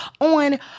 on